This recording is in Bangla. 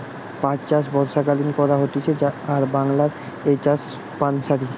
পাট চাষ বর্ষাকালীন করা হতিছে আর বাংলায় এই চাষ প্সারিত